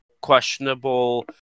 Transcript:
questionable